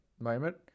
moment